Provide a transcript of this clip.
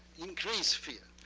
increase fear.